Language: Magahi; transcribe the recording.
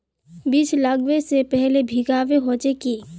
बीज लागबे से पहले भींगावे होचे की?